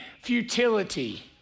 futility